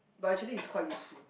but actually is quite useful